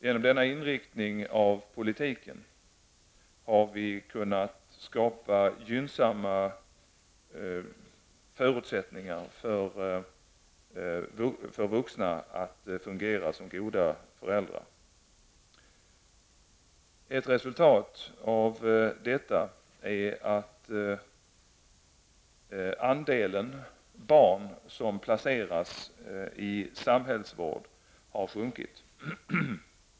Genom denna inriktning av politiken har vi kunnat skapa gynnsamma förutsättningar för vuxna att fungera som goda föräldrar. Ett resultat av detta är att andelen barn som placeras i samhällsvård har sjunkit.